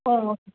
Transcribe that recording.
ஓ